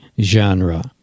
genre